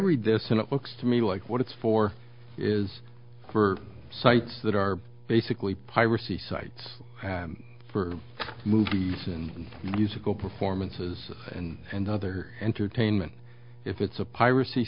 read this and it looks to me like what it's for is for sites that are basically piracy sites for movies and musical performances and other entertainment if it's a piracy